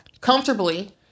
comfortably